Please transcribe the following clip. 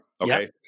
Okay